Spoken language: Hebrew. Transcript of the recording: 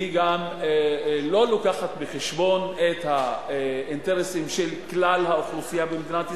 והיא גם לא מביאה בחשבון את האינטרסים של כלל האוכלוסייה במדינת ישראל,